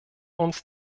uns